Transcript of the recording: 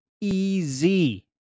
easy